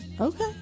Okay